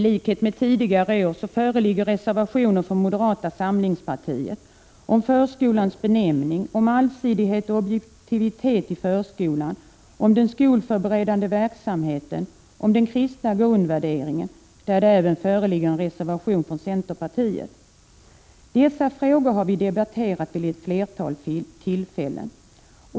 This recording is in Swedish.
I likhet med tidigare år föreligger reservationer från moderata samlingspartiet om förskolans benämning, om allsidighet och objektivitet i förskolan, om den skolförberedande verksamheten samt om den kristna grundvärderingen, där det även föreligger en reservation från centerpartiet. Dessa frågor har vi debatterat vid ett flertal tillfällen.